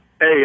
Hey